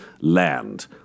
land